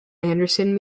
anderson